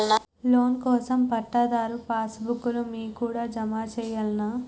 Loan కోసం పట్టాదారు pass book లు మీ కాడా జమ చేయల్నా?